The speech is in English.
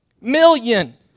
Million